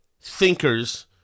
thinkers